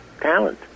talent